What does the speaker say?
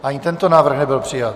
Ani tento návrh nebyl přijat.